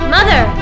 Mother